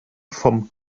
vom